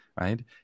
right